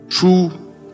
true